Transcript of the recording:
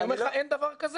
אני אומר לך, אין דבר כזה.